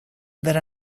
that